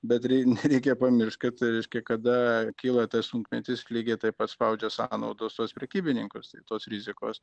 bet nereikia pamiršt kad reiškia kada kyla tas sunkmetis lygiai taip pat spaudžia sąnaudos tuos prekybininkus tai tos rizikos